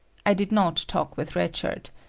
i did not talk with red shirt.